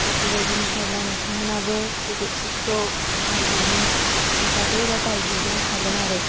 बेफोरबायदिनोसै आरोना नोंथांमोनहाबो बे बेडशितखौ बायहैनो नाजादो बा बायहैनो हागोन आरो